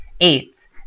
Eight